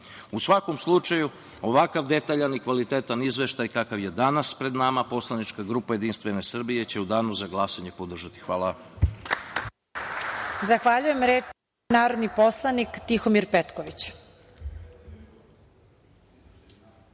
svakom slučaju, ovakav detaljan i kvalitetan izveštaj kakav je danas pred nama, PG Jedinstvene Srbije će u Danu za glasanje podržati. Hvala.